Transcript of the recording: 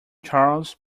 charles